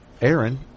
Aaron